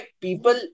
people